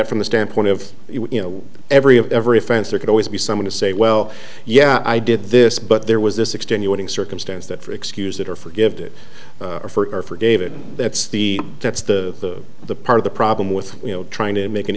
it from the standpoint of you know every of every offense there could always be someone to say well yeah i did this but there was this extenuating circumstance that for excuse that or forgive it for for david that's the that's the the part of the problem with you know trying to make an